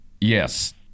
Yes